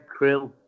krill